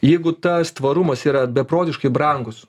jeigu tas tvarumas yra beprotiškai brangus